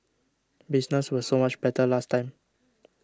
business was so much better last time